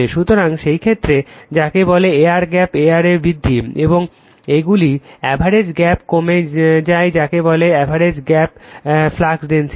সুতরাং সেই ক্ষেত্রে যাকে বলে এয়ার গ্যাপ এরিয়ার বৃদ্ধি এবং এগুলি এভারেজ গ্যাপে কমে যায় যাকে বলে এভারেজ গ্যাপ ফ্লাক্স ডেনসিটি